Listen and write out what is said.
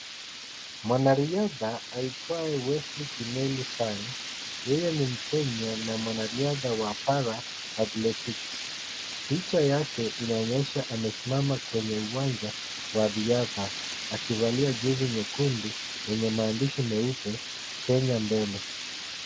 Mwanariadha aitwaye Wesley Kimeli Sang yeye ni Mkenya na mwanariadha wa para athletics . Picha yake inaonyesha amesimama kwenye uwanja wa riadha akivalia jezi nyekundu yenye maandishi meupe Kenya mbele.